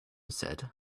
said